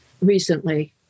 recently